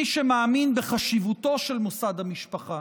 מי שמאמין בחשיבותו של מוסד המשפחה,